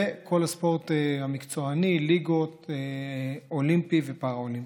וכל הספורט המקצועני, ליגות, אולימפי ופאראלימפי.